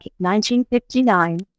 1959